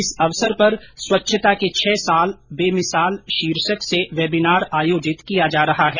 इस अवसर पर स्वच्छता के छह साल बेमिसाल शीर्षक से वेबिनार आयोजित किया जा रहा है